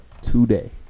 today